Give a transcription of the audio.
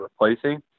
replacing